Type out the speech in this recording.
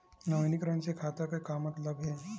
नवीनीकरण से खाता से का मतलब हे?